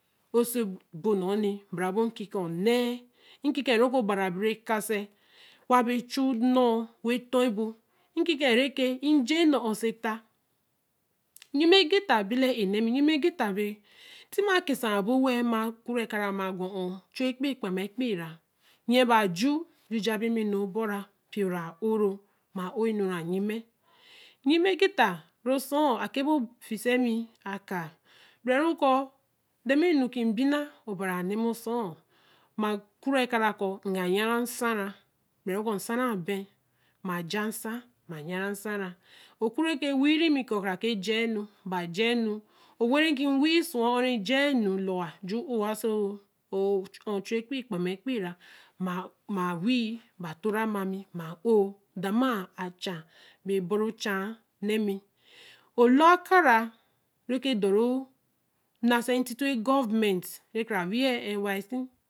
oso bo nu ni bare bo kkiken onne. nkkiken re obari a be re ka se wa be re chu n̄no wen tor bo nkkiken re ke njen e ko so eta lyime e ge ta be la er nami lyime ge ta be. ti ma ke se a bo we-l ma ku re eka ra. ma gwa o ho chu epeii kpe ma epeii ra. yen ba ju. j̄u j̄a bi ma nu or bor a npio ra a ōro ma ō nure lyime lyime ge ta ru soor. a ko ho fi se mī a kāa. gbere ru ko. dama nu ki bīna obari a na mi osoor ma ku re ka ra ko ga yen ro nsa ra gbere ko nsa ra bea ma ja nsa ma yen re nsara. o ku re ke wī re mī. ko ka re keē j̄a enu. o wer re ki wi su wa oho re ki j̄aā enu l ju ō wa so ho chu epeii kpa ma epeii ra ma wi ba to-ra ma mi ma ōo dama a cha be bo re chen nami ollor aka ra re ke dore e na sē n tito e government re kara wi yen nyc